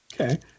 Okay